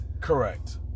Correct